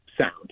sound